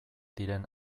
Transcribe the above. diren